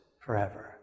forever